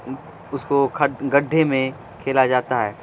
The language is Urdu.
اس کو کھڈ گڈھے میں کھیلا جاتا ہے